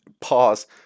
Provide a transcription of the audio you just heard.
Pause